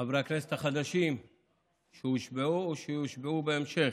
חברי הכנסת החדשים שהושבעו או שיושבעו בהמשך,